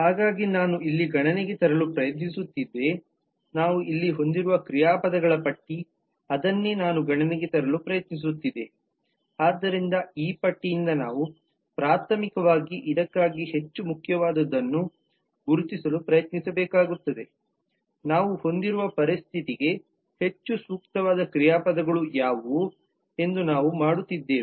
ಹಾಗಾಗಿ ನಾನು ಇಲ್ಲಿ ಗಣನೆಗೆ ತರಲು ಪ್ರಯತ್ನಿಸುತ್ತಿದ್ದೆ ನಾವು ಇಲ್ಲಿ ಹೊಂದಿರುವ ಕ್ರಿಯಾಪದಗಳ ಪಟ್ಟಿ ಅದನ್ನೇ ನಾನು ಗಣನೆಗೆ ತರಲು ಪ್ರಯತ್ನಿಸುತ್ತಿದ್ದೆ ಆದ್ದರಿಂದ ಈ ಪಟ್ಟಿಯಿಂದ ನಾವು ಪ್ರಾಥಮಿಕವಾಗಿ ಇದಕ್ಕಾಗಿ ಹೆಚ್ಚು ಮುಖ್ಯವಾದದನ್ನು ಗುರುತಿಸಲು ಪ್ರಯತ್ನಿಸಬೇಕಾಗುತ್ತದೆ ನಾವು ಹೊಂದಿರುವ ಪರಿಸ್ಥಿತಿಗೆ ಹೆಚ್ಚು ಸೂಕ್ತವಾದ ಕ್ರಿಯಾಪದಗಳು ಯಾವುವು ಎಂದು ನಾವು ಮಾಡುತ್ತಿದ್ದೇವೆ